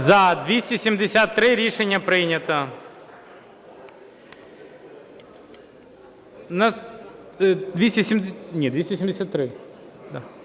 За-227 Рішення прийнято.